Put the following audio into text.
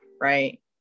right